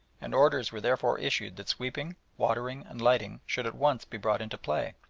and orders were therefore issued that sweeping, watering, and lighting should at once be brought into play.